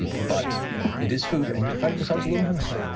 and but it is food and you're finding yourselves a little hungry.